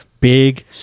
big